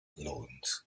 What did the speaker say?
loans